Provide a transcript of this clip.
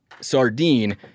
sardine